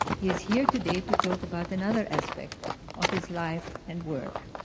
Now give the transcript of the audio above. he is here today to talk about another aspect of his life and work.